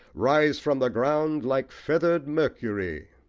rise from the ground like feather'd mercury.